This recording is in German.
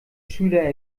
schüler